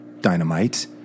Dynamite